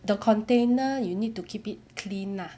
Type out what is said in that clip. the container you need to keep it clean lah